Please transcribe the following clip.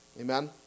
Amen